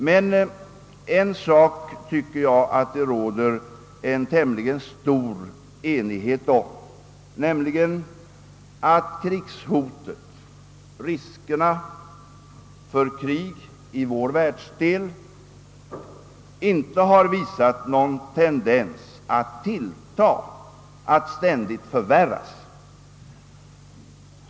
Men en sak tycker jag att det råder tämligen stor enighet om, nämligen att krigshotet, riskerna för krig i vår världsdel, inte har visat någon tendens att tilltaga, att ständigt förvärras.